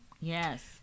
Yes